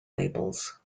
labels